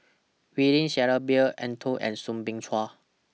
William Shellabear Eng Tow and Soo Bin Chua